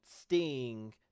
Sting